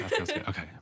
Okay